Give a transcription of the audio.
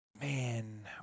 Man